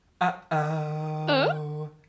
Uh-oh